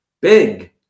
big